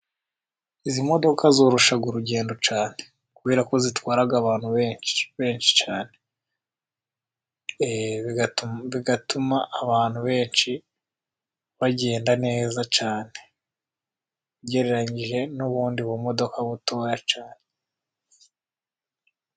Izi modoka zoroshya urugendo cyane kubera ko zitwara abantu benshi. benshi ctuma abantu benshi bagenda neza can ugereranyije n'ubundi bumodoka buto cyane